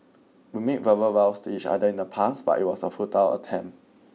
we made verbal vows to each other in the past but it was a futile attempt